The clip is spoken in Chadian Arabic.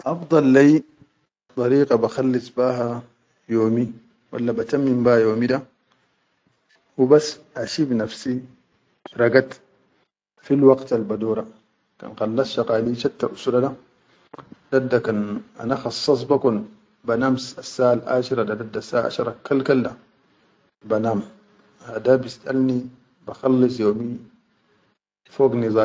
Afdal leyi barikal ba khalis be ha yo mi walla ba tamim yomi be ha da, hubas a shif nafsi ragat fi waqtal badora, kan khallas shaqali chatta usura da dadda kan ana khasas be kun ba nam saʼal ashira da, dadda saʼa ashira kal-kal da ba nam ha da bisʼalni ba khallis yomi fog.